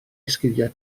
esgidiau